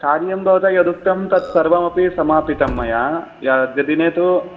कार्यं भवतः यदुक्तं तत्सर्वमपि समापितं मया य अद्यदिने तु